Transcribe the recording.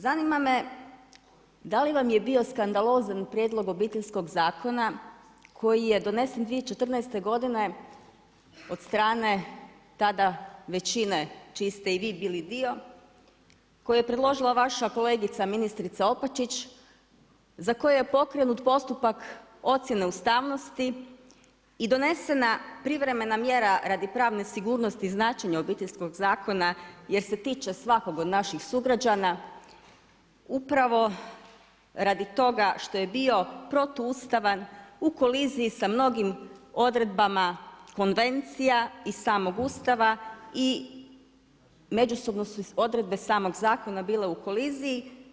Zanima me da li vam je bio skandalozan prijedlog obiteljskog zakona koji je donesen 2014. godine od strane tada većine čiji ste i vi bili dio, koji je predložila vaša kolegica ministrica Opačić, za koji je pokrenut postupak ocjene ustavnosti i donesena privremena mjera radi pravne sigurnosti značenja Obiteljskog zakona jer se tiče svakog od naših sugrađana upravo radi toga što je bio protuustavan, u koliziji sa mnogim odredbama konvencija i samog Ustava i međusobne odredbe samog zakona bile u koliziji?